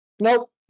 Nope